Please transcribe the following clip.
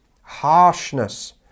Harshness